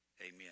Amen